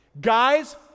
Guys